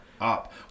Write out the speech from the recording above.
up